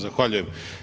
Zahvaljujem.